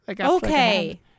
Okay